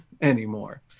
anymore